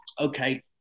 okay